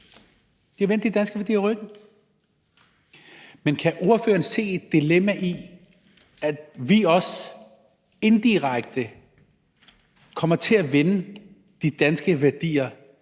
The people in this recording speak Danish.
De har vendt de danske værdier ryggen. Men kan ordføreren se et dilemma i, at vi også indirekte, i kampens hede så at sige, kommer til at vende de danske værdier ryggen